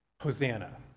Hosanna